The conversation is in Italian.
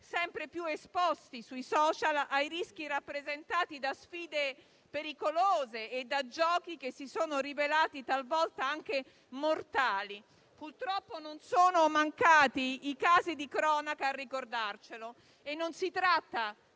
sempre più esposti sui *social* ai rischi rappresentati da sfide pericolose e da giochi chi si sono rivelati talvolta anche mortali. Purtroppo non sono mancati i casi di cronaca a ricordarcelo, e si tratta